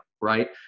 right